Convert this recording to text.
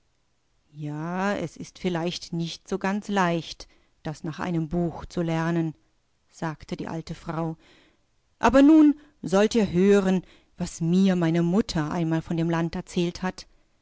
ja es ist vielleicht nicht so ganz leicht das nach einem buch zu lernen sagte die alte frau aber nun sollt ihr hören was mir meine mutter einmal vondemlanderzählthat